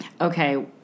okay